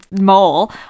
mole